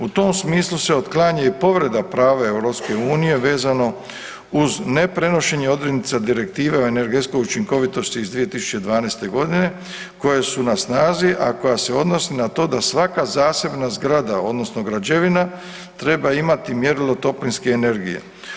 U tom smislu se otklanja i povreda prava EU vezano uz neprenošenje odrednica Direktive o energetskoj učinkovitosti iz 2012. godine koje su na snazi, a koja se odnosi na to da svaka zasebna zgrada odnosno građevina treba imati mjerilo toplinske energije.